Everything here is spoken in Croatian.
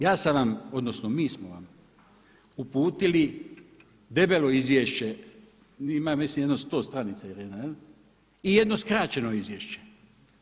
Ja sam vam odnosno mi smo vam uputili debelo izvješće, ima mislim jedno sto stranica Irena jel, i jedno skraćeno izvješće.